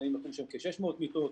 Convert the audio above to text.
600 מיטות.